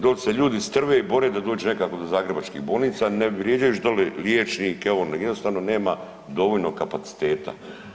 Doli se ljudi strve i bore da dođu nekako do zagrebačkih bolnica, ne vrijeđajući dolje liječnike ono, jednostavno nema dovoljno kapaciteta.